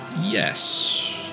yes